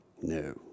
No